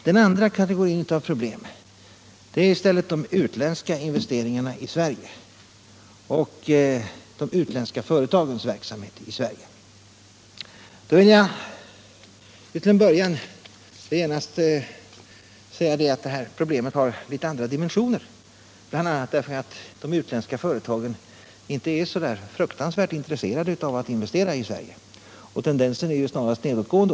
Den andra kategorin av problem är de utländska investeringarna i Sverige och de utländska företagens verksamhet i Sverige. Jag vill genast säga att de problemen har litet andra dimensioner, bl.a. därför att de utländska företagen inte är så fruktansvärt intresserade av att investera i Sverige. Tendensen är snarast nedåtgående.